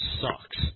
sucks